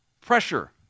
pressure